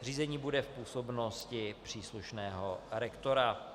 Řízení bude v působnosti příslušného rektora.